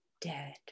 dead